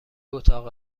اتاق